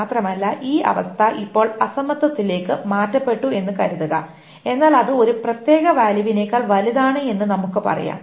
മാത്രമല്ല ഈ അവസ്ഥ ഇപ്പോൾ അസമത്വത്തിലേക്കു മാറ്റപ്പെട്ടു എന്ന് കരുതുക എന്നാൽ അത് ഒരു പ്രത്യേക വാല്യൂവിനേക്കാൾ വലുതാണ് എന്ന് നമുക്ക് പറയാം